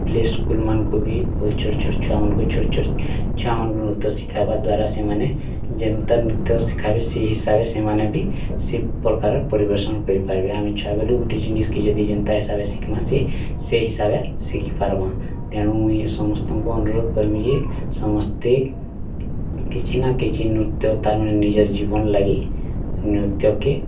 play school ମାନଙ୍କୁ ବି ବହୁତ ଛୋଟ୍ ଛୋଟ୍ ଛୁଆ ମାନଙ୍କୁ ଛୋଟ୍ ଛୋଟ୍ ଛୁଆ ମାନଙ୍କୁ ନୃତ୍ୟ ଶିଖେଇବା ଦ୍ଵାରା ସେମାନେ ଯେମିତିଆ ନୃତ୍ୟ ଶିଖାବି ସେଇ ହିସାବେ ସେମାନେ ବି ସେଇ ପ୍ରକାରେ ପରିବେଷଣ କରି ପାରିବେ ଆମେ ଛୁଆ ବେଳୁ ଗୁଟେ ଜିନିଷ୍ କି ଯଦି ଯେନ୍ତା ହିସାବେ ଶିଖ୍ମାସି ସେ ହିସାବେ ଶିଖି ପାରମା ତେଣୁ ମୁଇଁ ସମସ୍ତଙ୍କୁ ଅନୁରୋଧ କର୍ମି ଯେ ସମସ୍ତେ କିଛି ନା କିଛି ନୃତ୍ୟ ତାର୍ ମାନେ ନିଜର୍ ଜୀବନ୍ ଲାଗି ନୃତ୍ୟ କେ